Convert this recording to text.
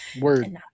word